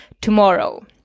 tomorrow